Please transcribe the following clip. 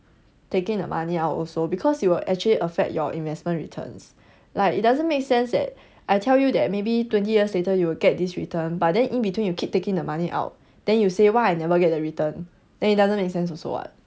taking the money out also because you will actually affect your investment returns like it doesn't make sense at I tell you that maybe twenty years later you will get this return but then in between you keep taking the money out then you say why I never get the return then it doesn't make sense also [what]